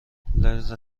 لنز